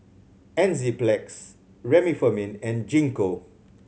Enzyplex Remifemin and Gingko